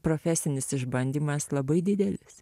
profesinis išbandymas labai didelis